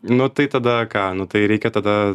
nu tai tada ką nu tai reikia tada